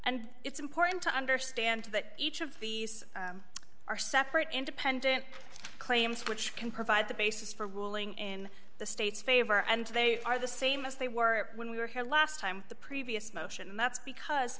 and it's important to understand that each of these are separate independent claims which can provide the basis for ruling in the state's favor and they are the same as they were when we were here last time the previous motion and that's because